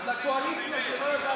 אז לקואליציה שלא יודעת איפה יועז הנדל,